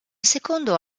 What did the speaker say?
secondo